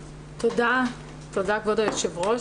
תודה, כבוד היושב-ראש.